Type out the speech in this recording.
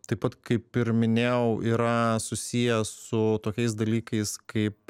taip pat kaip ir minėjau yra susiję su tokiais dalykais kaip